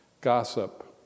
gossip